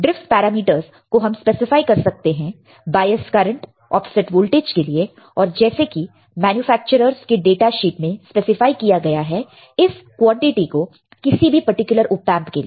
drift parameter को हम specify कर सकते हैं बायस करंट ऑफसेट वोल्टेज के लिए और जैसे कि मैन्युफैक्चरर्स के डाटा शीट में स्पेसिफाई किया गया है इस क्वांटिटी को किसी भी पर्टिकुलर ऑपएंप के लिए